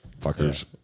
fuckers